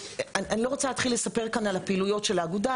אני לא רוצה להתחיל לספר פה על פעילויות האגודה,